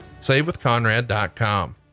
SaveWithConrad.com